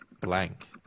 blank